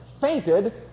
fainted